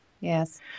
Yes